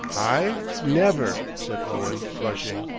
i never, said owen, blushing,